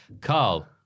Carl